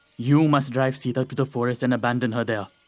you must drive sita to the forest and abandon her there.